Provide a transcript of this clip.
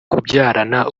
kubyarana